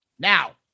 Now